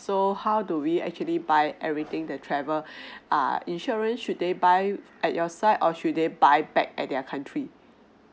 so how do we actually buy everything the travel err insurance should they buy at your side or should they buy back at their country